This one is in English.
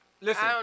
listen